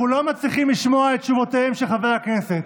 אנחנו לא מצליחים לשמוע את תשובותיהם של חברי הכנסת.